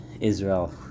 Israel